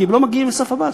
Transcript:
כי הם לא מגיעים לסף המס.